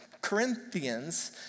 Corinthians